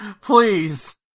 Please